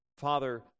Father